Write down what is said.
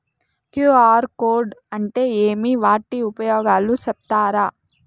QR code అంటే ఏమి వాటి ఉపయోగాలు సెప్తారా?